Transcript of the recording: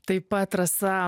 taip pat rasa